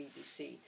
BBC